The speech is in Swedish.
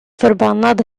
förbannad